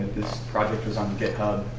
project was on github.